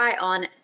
on